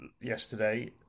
yesterday